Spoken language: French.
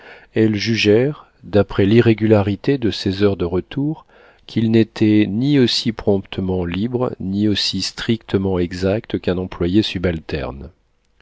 elles jugèrent d'après l'irrégularité de ses heures de retour qu'il n'était ni aussi promptement libre ni aussi strictement exact qu'un employé subalterne